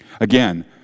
Again